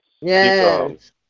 Yes